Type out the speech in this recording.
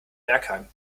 bergheim